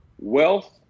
wealth